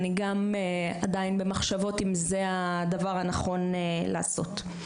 אני גם עדיין במחשבות אם זה הדבר הנכון לעשות.